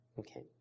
okay